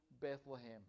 Bethlehem